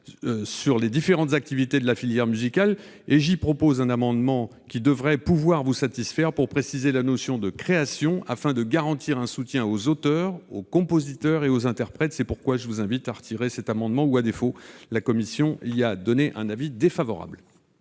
sur les différentes activités de la filière musicale. J'ai déposé un amendement qui devrait vous satisfaire, puisqu'il vise à préciser la notion de création afin de garantir un soutien aux auteurs, aux compositeurs et aux interprètes. C'est pourquoi je vous invite à retirer votre amendement, ma chère collègue. À défaut, la commission émettra un avis défavorable.